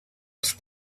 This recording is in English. his